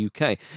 UK